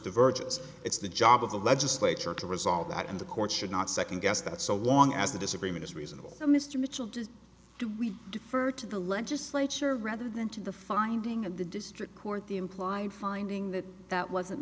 divergence it's the job of the legislature to resolve that and the court should not second guess that so long as the disagreement is reasonable for mr mitchell to do we defer to the legislature rather than to the finding of the district court the implied finding that that wasn't